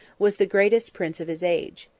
was the greatest prince of his age.